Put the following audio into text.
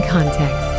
Context